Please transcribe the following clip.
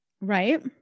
Right